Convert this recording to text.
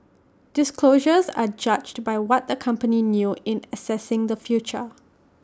disclosures are judged by what the company knew in assessing the future